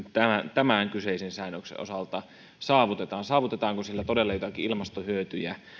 tämän kyseisen säännöksen osalta saavutetaan saavutetaanko sillä todella joitakin ilmastohyötyjä